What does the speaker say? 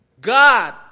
God